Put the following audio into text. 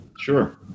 Sure